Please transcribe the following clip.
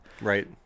Right